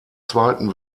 zweiten